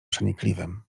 przenikliwym